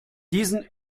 diesen